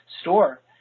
store